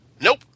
Nope